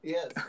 Yes